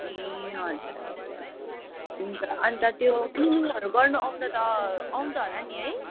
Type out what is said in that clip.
ए हजुर हजुर हुन्छ अन्त त्यो क्लिनिङहरू गर्नु आउनु त आउँछ होला नि है